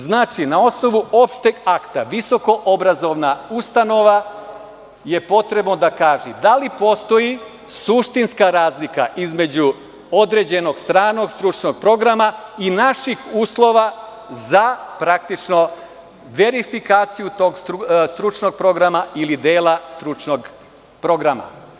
Znači, na osnovu opšteg akta, visokoobrazovna ustanova je potrebno da kaže da li postoji suštinska razlika između određenog stranog stručnog programa i naših uslova za praktično verifikaciju tog stručnog programa ili dela stručnog programa.